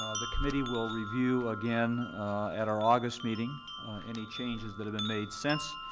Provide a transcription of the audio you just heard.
the committee will review again at our august meeting any changes that have been made since,